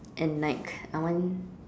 and like I want